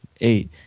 eight